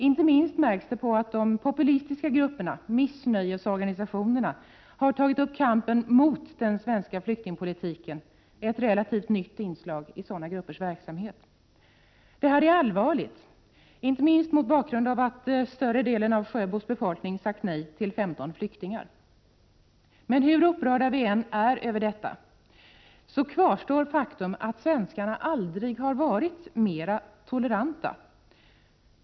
Inte minst märks den genom att de populistiska grupperna, missnöjesorganisationerna, har tagit upp kampen mot den svenska flyktingpolitiken. Det är ett relativt nytt inslag i sådana gruppers verksamhet. Detta är allvarligt — inte minst mot bakgrund av att större delen av Sjöbos befolkning sagt nej till 15 flyktingar. Men hur upprörda vi än är över detta kvarstår faktum att svenskarna aldrig har varit mer toleranta än nu.